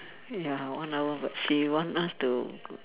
ya one hour but she want us to